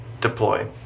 deploy